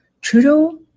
Trudeau